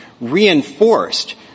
reinforced